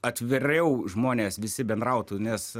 atviriau žmonės visi bendrautų nes